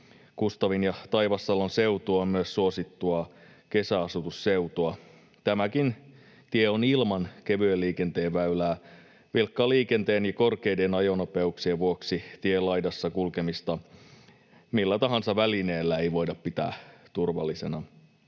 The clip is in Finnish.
Kustavin ja Taivassalon seutu on myös suosittua kesäasutusseutua. Tämäkin tie on ilman kevyen liikenteen väylää. Vilkkaan liikenteen ja korkeiden ajonopeuksien vuoksi tienlaidassa kulkemista millä tahansa välineellä ei voida pitää turvallisena.